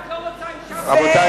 אנחנו,